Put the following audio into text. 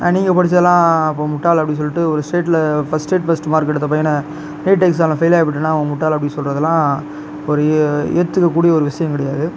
நீங்கள் படித்ததுலாம் முட்டாள் அப்படின்னு சொல்லிவிட்டு ஒரு ஸ்டேடில் ஃபர்ஸ்ட் ஸ்டேட் ஃபர்ஸ்ட் மார்க் எடுத்த பையனை நீட் எக்ஸாமில் ஃபெயிலாகி போயிட்டான்னா அவன் முட்டாள் அப்படின்னு சொல்வதுலாம் ஒரு ஏற்றுக்கக்கூடிய விஷயம் கிடையாது